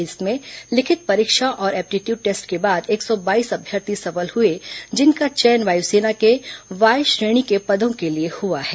इनमें लिखित परीक्षा और एप्टीट्यूट टेस्ट के बाद एक सौ बाईस अभ्यर्थी सफल हुए जिनका चयन वायुसेना के वाय श्रेणी के पदों के लिए हुआ है